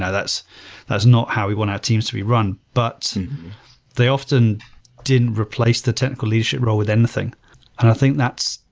that's that's not how we want our teams to be run. but they often didn't replace the technical leadership role within the thing, and i think that's,